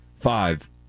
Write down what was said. Five